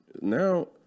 now